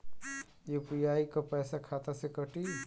UPI क पैसा खाता से कटी?